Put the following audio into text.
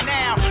now